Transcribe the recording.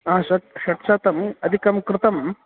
हा षट् षट्शतम् अधिकं कृतं